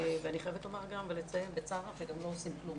ואני חייבת לומר גם ולציין בצער רב שגם לא עושים כלום,